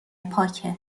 پاکه